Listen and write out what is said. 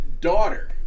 daughter